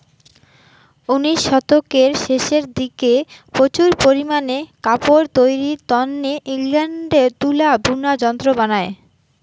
উনিশ শতকের শেষের দিকে প্রচুর পারিমানে কাপড় তৈরির তন্নে ইংল্যান্ডে তুলা বুনা যন্ত্র বানায়